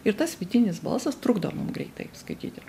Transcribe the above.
ir tas vidinis balsas trukdo mum greitai skaityti